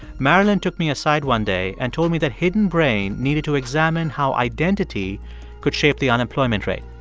marilyn took me aside one day and told me that hidden brain needed to examine how identity could shape the unemployment rate.